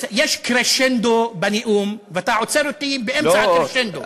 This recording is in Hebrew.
יש קרשנדו בנאום, ואתה עוצר אותי באמצע הקרשנדו.